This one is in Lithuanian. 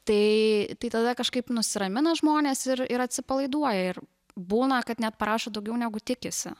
tai tai tada kažkaip nusiramina žmonės ir ir atsipalaiduoja ir būna kad net parašo daugiau negu tikisi